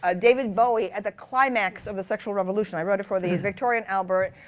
ah david bowie at the climax of the sexual revolution, i wrote it for the victoria and albert